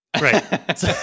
Right